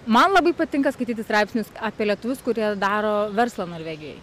man labai patinka skaityti straipsnius apie lietuvius kurie daro verslą norvegijoj